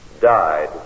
died